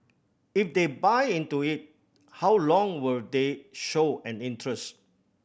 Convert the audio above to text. if they buy into it how long will they show an interest